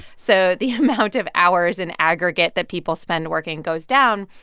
so the amount of hours in aggregate that people spend working goes down.